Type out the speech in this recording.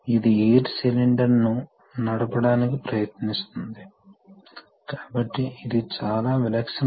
కాబట్టి ఈ area A1 మరియు A2 కన్నా తక్కువగా ఉంటుంది కాబట్టి A2 ఏరియా A1 కన్నా ఎక్కువ